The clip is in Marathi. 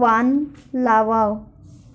वान लावाव?